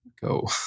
go